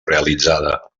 realitzada